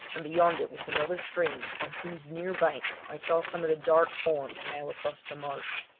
and beyond it was another stream on whose near bank i saw some of the dark forms now across the marsh.